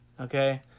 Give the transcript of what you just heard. Okay